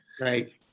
Right